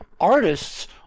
artists